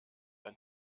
ein